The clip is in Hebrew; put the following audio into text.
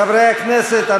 חברי הכנסת,